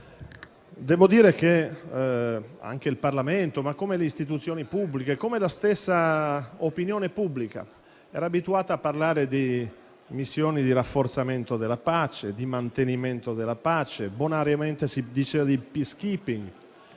Devo dire che anche il Parlamento, come le istituzioni pubbliche, come la stessa opinione pubblica, era abituato a parlare di missioni di rafforzamento o di mantenimento della pace, bonariamente si parlava di *peacekeeping*,